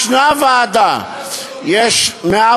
יש ועדה, מאיפה להשעות?